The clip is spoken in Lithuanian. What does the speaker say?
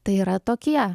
tai yra tokie